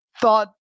thought